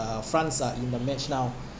france are in the match now